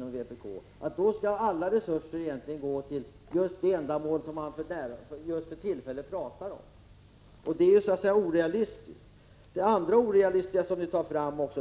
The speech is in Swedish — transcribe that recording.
Då skall egentligen alla resurser gå till just det ändamål som man för tillfället pratar om. Det är orealistiskt. Det är också orealistiskt när ni